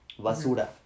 basura